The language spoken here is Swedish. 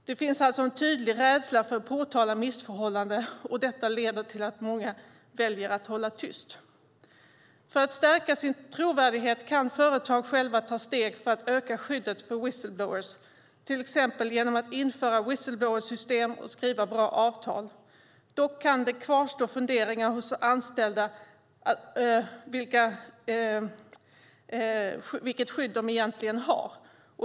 Det finns alltså en tydlig rädsla för att påtala missförhållanden, och detta leder till att många väljer att hålla tyst. För att stärka sin trovärdighet kan företag själva ta steg för att öka skyddet för whistle-blowers, till exempel genom att införa whistle-blowersystem och skriva bra avtal. Dock kan det kvarstå funderingar hos anställda om vilket skydd de egentligen har.